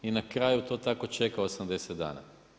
I na kraju to tako čeka 80 dana.